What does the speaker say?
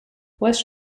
west